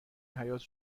حیاط